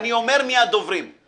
האם התפשרנו על דברים שרצינו יותר?